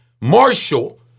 Marshall